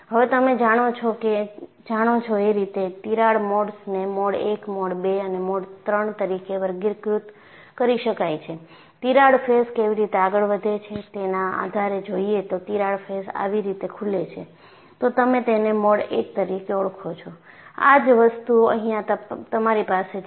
હવેતમે જાણો છો એ રીતે તિરાડ મોડ્સને મોડ 1 મોડ 2 અને મોડ 3 તરીકે વર્ગીકૃત કરી શકાય છે તિરાડ ફેસ કેવી રીતે આગળ વધે છે તેના આધારે જોઈએ તો તિરાડ ફેસ આવી રીતે ખુલે છે તો તમે તેને મોડ 1 તરીકે ઓળખો છો આજ વસ્તુ અહીંયા તમારી પાસે છે